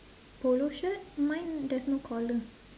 polo shirt mine there's no collar